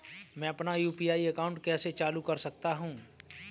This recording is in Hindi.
मैं अपना यू.पी.आई अकाउंट कैसे चालू कर सकता हूँ?